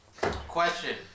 Question